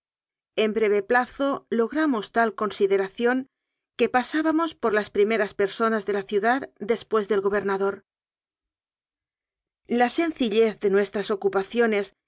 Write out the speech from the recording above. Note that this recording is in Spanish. en breve plazo logramos tal con sideración que pasábamos por las primeras per sonas de la ciudad después del gobernador la sencillez de nuestras ocupaciones